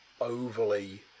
overly